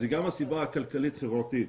זה גם הסיבה הכלכלית חברתית,